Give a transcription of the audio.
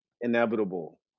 inevitable